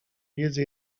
wiedzy